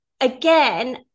again